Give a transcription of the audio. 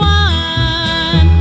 one